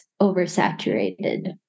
oversaturated